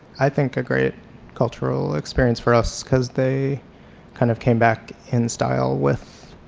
i think, a great cultural experience for us because they kind of came back in style with